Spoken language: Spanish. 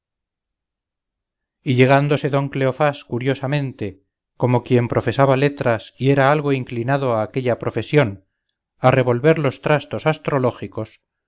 y llegándose don cleofás curiosamente como quien profesaba letras y era algo inclinado a aquella profesión a revolver los trastos astrológicos